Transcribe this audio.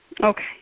Okay